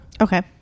Okay